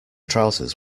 trousers